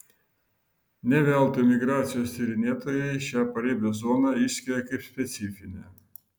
ne veltui migracijos tyrinėtojai šią paribio zoną išskiria kaip specifinę